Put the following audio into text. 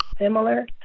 similar